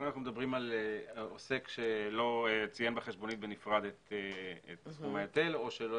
כאן מדברים על עוסק שלא ציין בחשבונית בנפרד את סכומי ההיטל או שלא